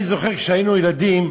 אני זוכר שכשהיינו ילדים,